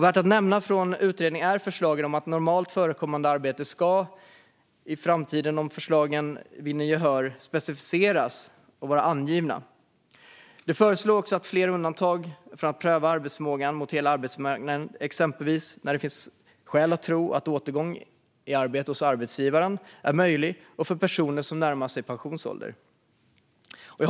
Värt att nämna är att om förslagen i utredningen om normalt förekommande arbete vinner gehör ska de i framtiden specificeras och vara angivna. Det föreslås också fler undantag från att pröva arbetsförmågan mot hela arbetsmarknaden, exempelvis när det finns skäl att tro att återgång i arbete hos arbetsgivaren är möjlig och för personer som närmar sig pensionsålder.